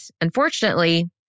unfortunately